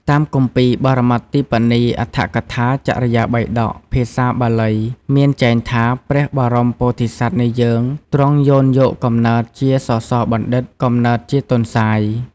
តាមគម្ពីរបរមត្ថទីបនី អដ្ធកថា ចរិយាបិដក ភាសាបាលីមានចែងថា ព្រះបរមពោធិសត្វនៃយើងទ្រង់យោនយកកំណើតជាសសបណ្ឌិត «កំណើតជាទន្សាយ»។